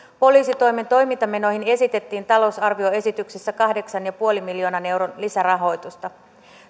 poliisitoimen toimintamenoihin esitettiin talousarvioesityksessä kahdeksan pilkku viiden miljoonan euron lisärahoitusta